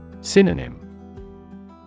Synonym